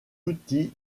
outil